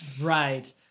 Right